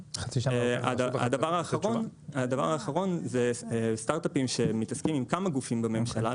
הדבר האחרון זה סטארט-אפים שמתעסקים עם כמה גופים בממשלה,